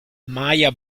maya